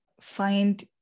find